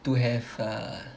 to have err